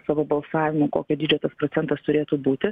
savo balsavimu kokio dydžio tas procentas turėtų būti